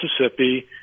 Mississippi